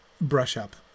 brush-up